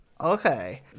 Okay